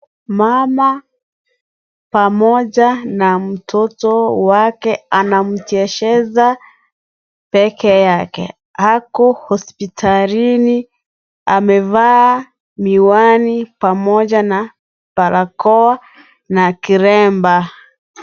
Mama pamoja na mtoto wake anamchezesha pekee yake, ako hospitalini amevaa miwani pamoja na barakoa na kilemba .